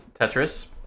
Tetris